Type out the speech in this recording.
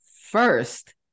first